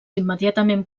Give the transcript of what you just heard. immediatament